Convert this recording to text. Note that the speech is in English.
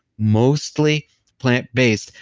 mostly plant-based,